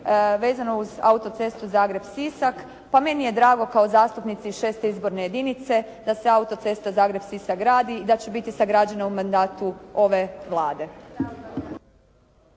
vezano uz autocestu Zagreb-Sisak, pa meni je drago kao zastupnici 6. izborne jedinice da se autocesta Zagreb-Sisak gradi i da će biti sagrađena u mandatu ove Vlade.